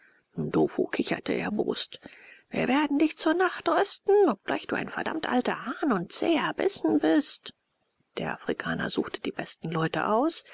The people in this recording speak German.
ndofu kicherte erbost wir werden dich zur nacht rösten obgleich du ein verdammt alter hahn und zäher bissen bist der afrikaner suchte die besten leute aus